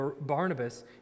Barnabas